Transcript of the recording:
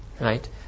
Right